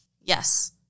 Yes